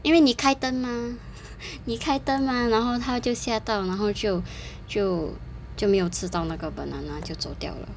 因为你开灯嘛你开灯嘛然后他就吓到然后就就就没有吃到那个 banana 就走掉了